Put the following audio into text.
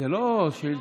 אלה לא שאילתות.